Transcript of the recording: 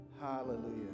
Hallelujah